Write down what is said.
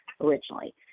originally